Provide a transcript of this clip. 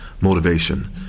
motivation